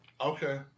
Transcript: okay